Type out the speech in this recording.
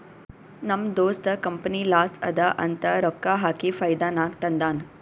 ನಮ್ ದೋಸ್ತ company loss ಅದಾ ಅಂತ ರೊಕ್ಕಾ ಹಾಕಿ ಫೈದಾ ನಾಗ್ ತಂದಾನ್